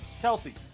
Kelsey